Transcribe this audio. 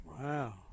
Wow